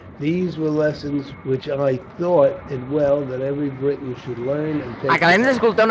these were lessons which i thought it well that every briton should learn and take to heart.